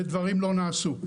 ודברים לא נעשו.